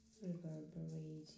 reverberating